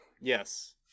yes